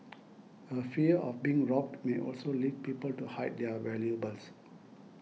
a fear of being robbed may also lead people to hide their valuables